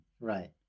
Right